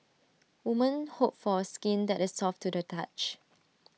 women hope for skin that is soft to the touch